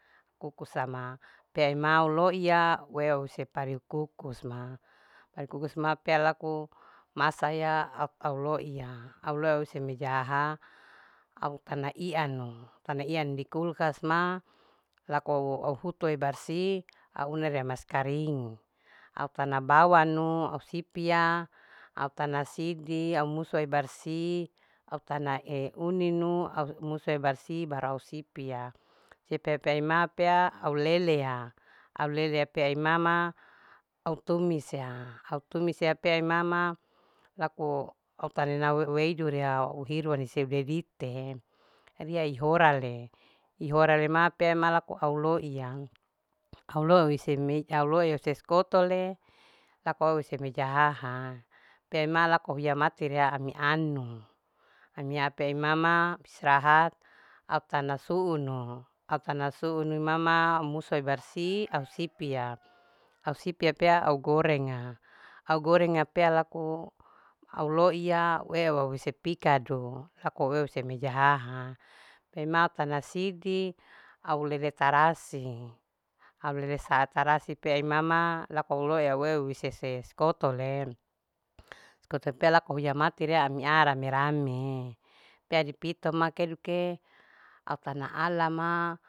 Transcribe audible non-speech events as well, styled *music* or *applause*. Kukus sama pea ima au loiya huse parihu kukus ma au kukus ma pea laku masaya *hesitation* au loiya. au loiya se mejahaha au tana iaanu ianu di kulkas ma laku au hutua ibarsi au una aeia maskaring au tana bawanu, au sipia. au tana sidi au musua barsi au tana euninu au musua barsi baru au sipia, sipia pea ima pea au lelea au lele pea imama au tumisea. au tumisea pea imama laku au tana weidu ria au hiruwa hiseudedite ria ihore le. ihora le pea ima laku au loiya au loiya hise skotole laku au eu hise mejahaha ha pea ima laku hiha mati ria ami anu amia pea imama istirahat au tana suunu. au tana suunu imama au musua ibarsi ausipia. au sipia pea au gorenga. au gorenga pea laku au loiya au peu uwa hise pikadu kaju aueu hise mejahaha pe ma tana sidi au lele tarasi. au lele tarasi pea imama laku au loiya au peuwa hise sikotole. sikotole pea laku au hiha mati ria amia rame. ramee pea dipito ma keduke au tana alama